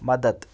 مدد